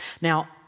Now